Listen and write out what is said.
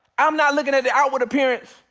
i'm not looking at the outward appearance.